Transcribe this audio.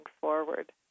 forward